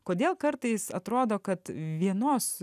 kodėl kartais atrodo kad vienos